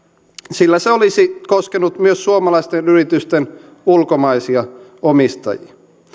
sillä se olisi koskenut myös suomalaisten yritysten ulkomaisia omistajia